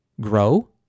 grow